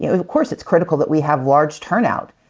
you know of course it's critical that we have large turnout.